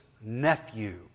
nephew